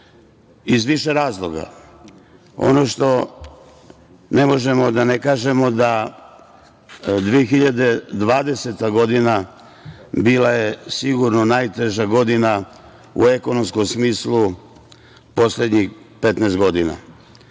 iz više razloga. Ono što ne možemo a da ne kažemo jeste da je 2020. godina bila sigurno najteža godina u ekonomskom smislu poslednjih 15 godina